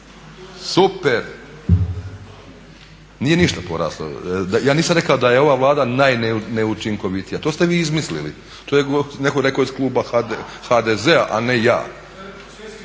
Super. Nije ništa poraslo. Ja nisam rekao da je ova Vlada najneučinkovitija, to ste vi izmislili, to je netko rekao iz kluba HDZ-a, a ne ja.